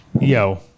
Yo